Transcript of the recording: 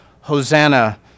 Hosanna